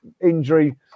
injury